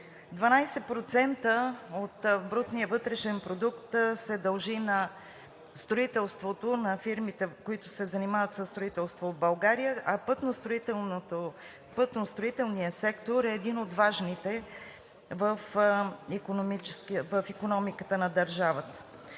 12% от брутния вътрешен продукт се дължи на фирмите, които се занимават със строителство в България, а пътно-строителният сектор е един от важните в икономиката на държавата.